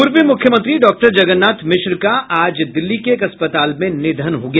पूर्व मुख्यमंत्री डॉक्टर जगन्नाथ मिश्र का आज दिल्ली के एक अस्पताल में निधन हो गया